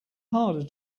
harder